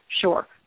sure